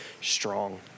strong